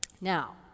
Now